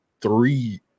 three